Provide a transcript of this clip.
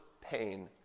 pain